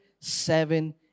seven